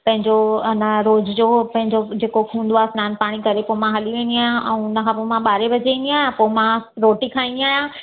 पंहिंजो अञां रोज जो पंहिंजो जेको हूंदो आ स्नान पाणी करे पो मां हली विंदी अहियां अऊं हुनखां पो मां बारे बजे ईंदी अहियां पो मां रोटी खाईंदी अहियां